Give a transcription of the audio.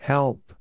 Help